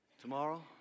tomorrow